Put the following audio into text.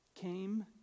came